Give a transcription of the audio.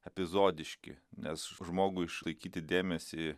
epizodiški nes žmogui išlaikyti dėmesį